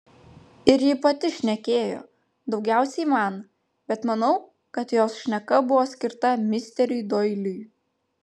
ir ji pati šnekėjo daugiausiai man bet manau kad jos šneka buvo skirta misteriui doiliui